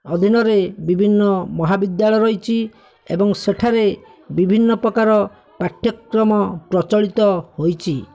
ଅଧୀନରେ ବିଭିନ୍ନ ମହାବିଦ୍ୟାଳୟ ରହିଛି ଏବଂ ସେଠାରେ ବିଭିନ୍ନପ୍ରକାର ପାଠ୍ୟକ୍ରମ ପ୍ରଚଳିତ ହୋଇଛି